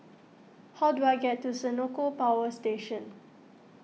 how do I get to Senoko Power Station